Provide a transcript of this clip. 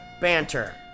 banter